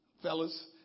fellas